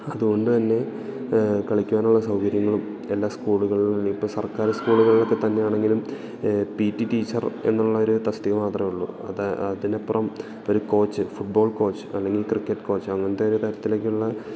അതുകൊണ്ടുതന്നെ കളിക്കുവാനുള്ള സൗകര്യങ്ങളും എല്ലാ സ്കൂളുകളിലും ഇപ്പോള് സർക്കാർ സ്കൂളുകളിലൊക്കെ തന്നെയാണെങ്കിലും പി റ്റി ടീച്ചർ എന്നുള്ളൊരു തസ്തിക മാത്രമേ ഉള്ളൂ അത് അതിനപ്പുറം ഒരു കോച്ച് ഫുട് ബോൾ കോച്ച് അല്ലെങ്കില് ക്രിക്കറ്റ് കോച്ച് അങ്ങനത്തൊരു തരത്തിലേക്കുള്ള